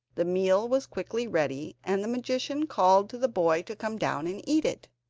the meal was quickly ready, and the magician called to the boy to come down and eat it,